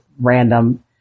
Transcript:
random